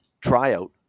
tryout